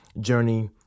journey